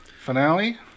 finale